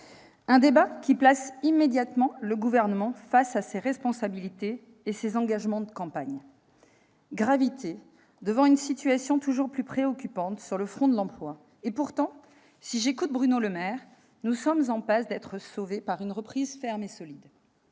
Ce débat place immédiatement le Gouvernement face à ses responsabilités et à ses engagements de campagne. Gravité ? Oui, la situation toujours plus préoccupante sur le front de l'emploi oblige à la gravité. Pourtant, si j'écoute Bruno Le Maire, nous sommes en passe d'être sauvés par une reprise ferme et solide.